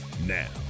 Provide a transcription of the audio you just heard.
Now